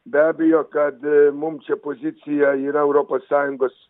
be abejo kad mum čia pozicija yra europos sąjungos